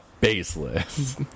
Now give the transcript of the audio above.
Baseless